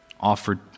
offered